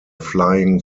flying